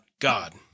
God –